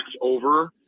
over